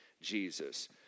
Jesus